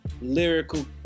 lyrical